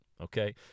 Okay